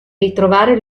ritrovare